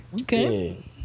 Okay